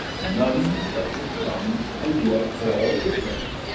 none but for some, and yet all different.